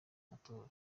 matora